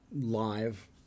live